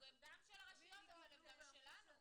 הם גם של הרשויות אבל הם גם שלנו.